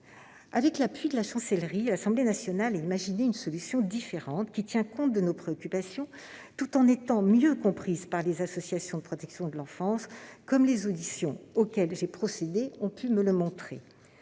Avec l'appui de la Chancellerie, l'Assemblée nationale a imaginé une solution différente, qui tient compte de nos préoccupations, tout en étant mieux comprise par les associations de protection de l'enfance, comme les auditions auxquelles j'ai procédé me l'ont montré.